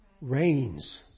reigns